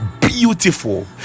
beautiful